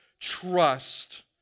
trust